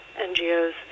NGOs